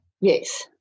yes